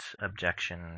objection